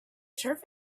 turf